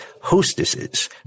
hostesses